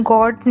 God